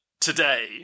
today